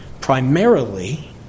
primarily